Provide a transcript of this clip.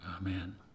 amen